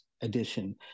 edition